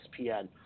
ESPN